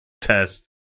test